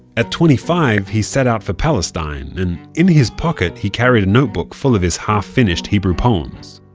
at twenty-five, he set out for palestine. and in his pocket, he carried a notebook full of his half-finished hebrew poems.